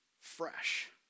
fresh